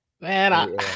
man